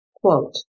Quote